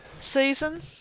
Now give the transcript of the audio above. season